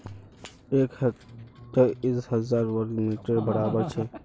एक हेक्टर दस हजार वर्ग मिटरेर बड़ाबर छे